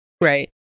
Right